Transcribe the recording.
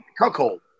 cuckold